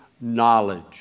knowledge